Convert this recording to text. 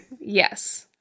Yes